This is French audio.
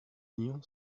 union